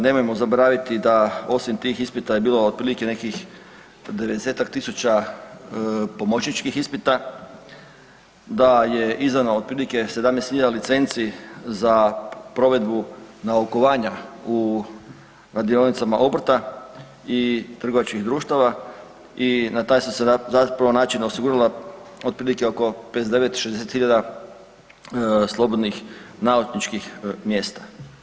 Nemojmo zaboraviti da osim tih ispita je bilo nekih 90-tak tisuća pomoćničkih ispita, da je izdano otprilike 17.000 licenci za provedbu naukovanja u radionicama obrta i trgovačkih društava i na taj su se zapravo način osigurala otprilike oko 59-60 hiljada slobodnih naučničkih mjesta.